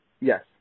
Yes